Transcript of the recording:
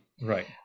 Right